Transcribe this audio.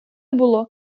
було